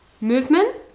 movement